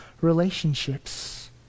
relationships